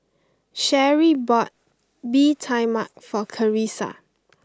Cherri bought Bee Tai Mak for Karissa